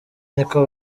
niko